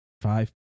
Five